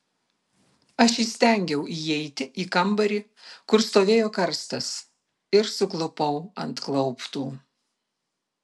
aš įstengiau įeiti į kambarį kur stovėjo karstas ir suklupau ant klauptų